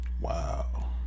Wow